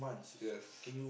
yes